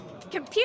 Computer